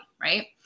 Right